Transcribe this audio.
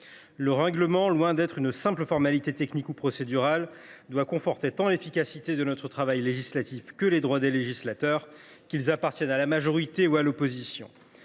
Le règlement du Sénat, loin d’être une simple formalité technique ou procédurale, doit conforter tant l’efficacité de notre travail législatif que les droits des législateurs, qu’ils appartiennent à la majorité ou à l’opposition.